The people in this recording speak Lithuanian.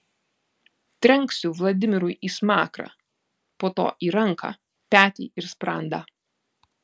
trenksiu vladimirui į smakrą po to į ranką petį ir sprandą